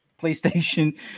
PlayStation